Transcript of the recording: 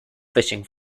fishing